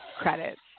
credits